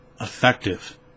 effective